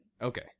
Okay